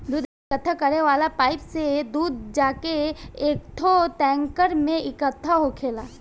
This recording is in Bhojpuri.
दूध इकट्ठा करे वाला पाइप से दूध जाके एकठो टैंकर में इकट्ठा होखेला